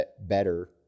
better